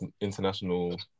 international